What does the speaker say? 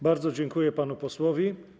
Bardzo dziękuję panu posłowi.